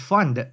Fund